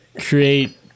create